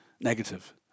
negative